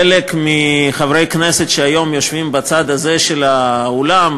חלק מחברי כנסת שהיום יושבים בצד הזה של האולם,